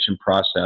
process